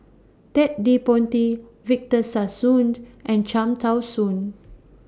Ted De Ponti Victor Sassoon and Cham Tao Soon